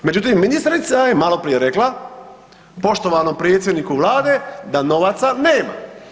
Međutim, ministrica je malo prije rekla poštovanom predsjedniku Vlade da novaca nema.